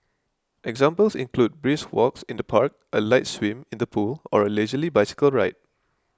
examples include brisk walks in the park a light swim in the pool or a leisurely bicycle ride